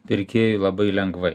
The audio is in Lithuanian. pirkėjui labai lengvai